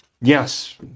yes